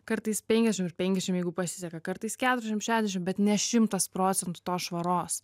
kartais penkiasdešimt ir penkiasdešimt jeigu pasiseka kartais keturiasdešimt šešiasdešimt bet ne šimtas procentų tos švaros